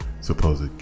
supposed